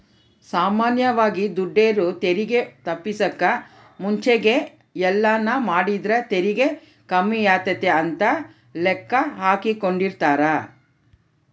ಸಾಮಾನ್ಯವಾಗಿ ದುಡೆರು ತೆರಿಗೆ ತಪ್ಪಿಸಕ ಮುಂಚೆಗೆ ಏನೆಲ್ಲಾಮಾಡಿದ್ರ ತೆರಿಗೆ ಕಮ್ಮಿಯಾತತೆ ಅಂತ ಲೆಕ್ಕಾಹಾಕೆಂಡಿರ್ತಾರ